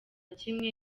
kimwe